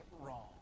wrong